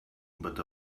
but